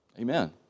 Amen